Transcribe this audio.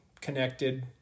connected